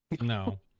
No